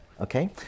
okay